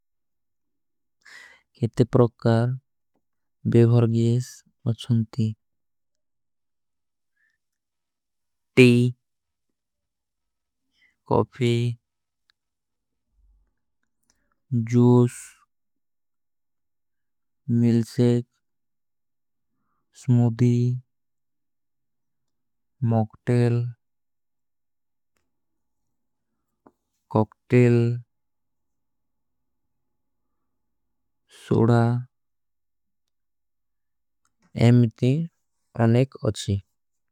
କେତେ ପ୍ରକାର ବେଵରଗେଶ ଅଚ୍ଛଂତି tea. Coffee, juice, milkshake, smoothie, mocktail. Cocktail, soda, ଏମ ଇତେ ଆନେକ ଅଚ୍ଛୀ।